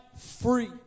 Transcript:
free